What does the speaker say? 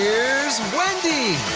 here's wendy.